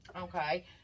Okay